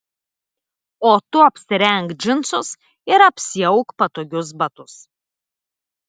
o tu apsirenk džinsus ir apsiauk patogius batus